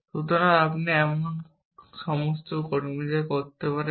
সুতরাং আপনি এমন সমস্ত কর্মীদের করতে পারেন